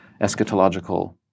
eschatological